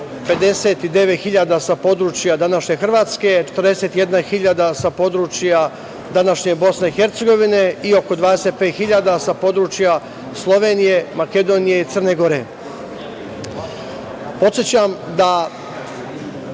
59.000 sa područja današnje Hrvatske, 41.000 sa područja današnje Bosne i Hercegovine i oko 25.000 sa područja Slovenije, Makedonije i Crne Gore. Podsećam da